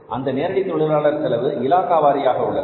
அந்த நேரடி தொழிலாளர் செலவு இலாகா வாரியாக உள்ளது